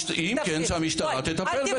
אם כן, שהמשטרה תטפל בכך.